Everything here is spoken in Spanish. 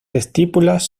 estípulas